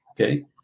Okay